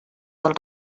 dels